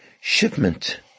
shipment